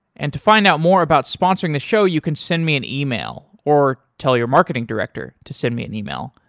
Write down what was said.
and to find out more about sponsoring the show, you can send me an email or tell your marketing director to send me an email,